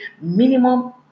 minimum